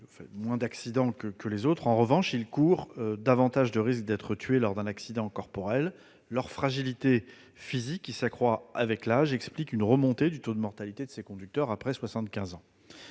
moins d'accidents que les autres. En revanche, ils courent davantage de risques d'être tués lors d'un accident corporel. Leur fragilité physique, qui s'accroît avec l'âge, explique la remontée du taux de mortalité de ces conducteurs après 75 ans.